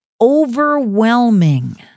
overwhelming